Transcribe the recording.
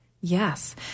Yes